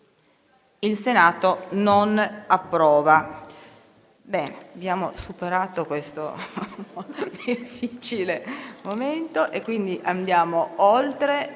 **Il Senato non approva**.